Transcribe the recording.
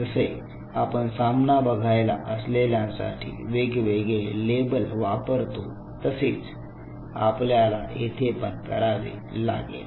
जसे आपण सामना बघायला असलेल्यांसाठी वेगवेगळे लेबल वापरतो तसेच आपल्याला येथे पण करावे लागेल